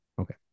Okay